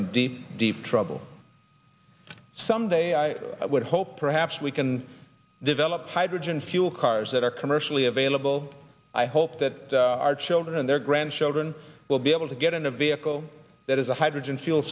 in deep deep trouble someday i would hope perhaps we can develop hydrogen fuel cars that are commercially available i hope that our children and their grandchildren will be able to get in a vehicle that is a hydrogen fuel